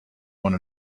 one